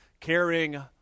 carrying